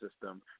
system